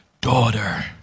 daughter